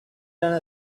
done